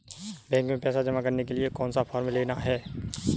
Bank में पैसा जमा करने के लिए कौन सा फॉर्म लेना है?